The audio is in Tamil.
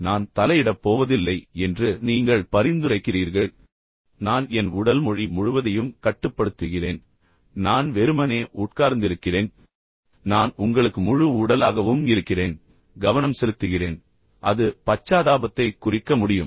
நான் தலையிடப் போவதில்லை என்று நீங்கள் பரிந்துரைக்கிறீர்கள் எனவே நான் என் உடல் மொழி முழுவதையும் கட்டுப்படுத்துகிறேன் நான் வெறுமனே உட்கார்ந்திருக்கிறேன் நான் உங்களுக்கு முழு உடலாகவும் இருக்கிறேன் உங்களுக்கு கவனம் செலுத்துகிறேன் எனவே அது பச்சாதாபத்தைக் குறிக்க முடியும்